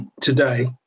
today